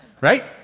Right